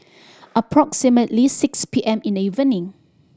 approximately six P M in the evening